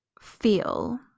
feel